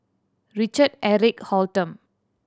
Richard Eric Holttum